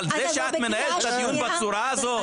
אבל את זה שאת מנהלת את הדיון בצורה הזאת?